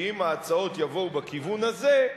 שאם ההצעות יבואו בכיוון הזה,